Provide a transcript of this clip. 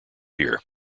here